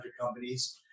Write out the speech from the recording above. companies